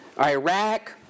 Iraq